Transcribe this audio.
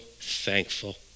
thankful